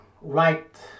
right